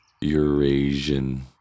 Eurasian